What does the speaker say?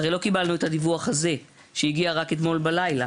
הרי לא קיבלנו את הדיווח הזה שהגיע רק אתמול בלילה.